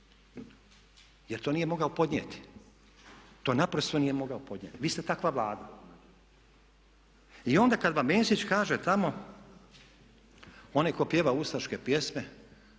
jer to nije mogao podnijeti, to naprosto nije mogao podnijeti. Vi ste takva Vlada. I onda kada vam Mesić kaže tamo onaj tko pjeva ustaške pjesme,